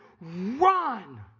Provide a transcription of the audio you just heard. run